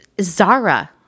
zara